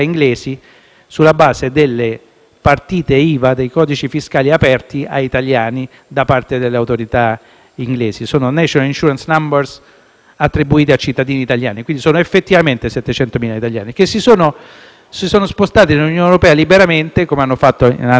partite IVA e dei codici fiscali aperti a cittadini italiani da parte dell'autorità inglese: sono *national insurance number* attribuiti a cittadini italiani. Quindi vi sono effettivamente 700.000 cittadini italiani che si sono spostati nell'Unione europea liberamente, come hanno fatto in altri Paesi dell'Unione -